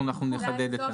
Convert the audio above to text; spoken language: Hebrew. אנחנו נחדד את הנוסח.